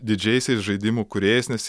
didžiaisiais žaidimų kūrėjais nes